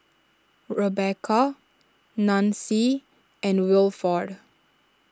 Rebeca Nancie and Wilford